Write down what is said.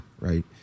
right